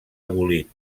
abolit